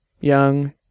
Young